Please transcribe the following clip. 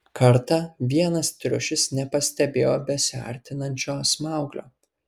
kartą vienas triušis nepastebėjo besiartinančio smauglio